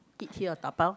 eat here or dabao